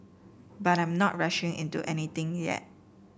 but I'm not rushing into anything yet